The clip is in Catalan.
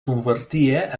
convertia